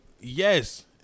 yes